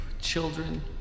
children